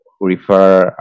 refer